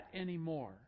anymore